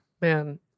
Man